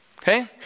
Okay